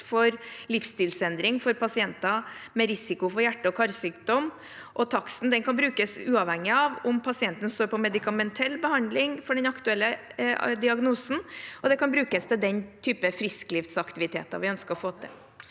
for livsstilsendring for pasienter med risiko for hjerte- og karsykdom. Taksten kan brukes uavhengig av om pasienten står på medikamentell behandling for den aktuelle diagnosen, og det kan brukes til den type frisklivsaktiviteter vi ønsker å få til.